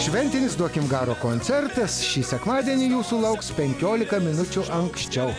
šventinis duokim garo koncertas šį sekmadienį jūsų lauks penkiolika minučių anksčiau